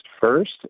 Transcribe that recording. first